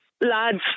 Lads